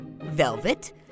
velvet